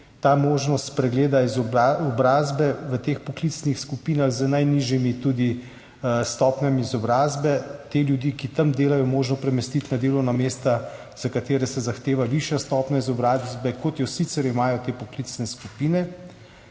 je možnost spregleda izobrazbe v poklicnih skupinah z najnižjimi stopnjami izobrazbe. Te ljudi, ki tam delajo, je možno premestiti na delovna mesta, za katera se zahteva višja stopnja izobrazbe, kot jo sicer imajo te poklicne skupine.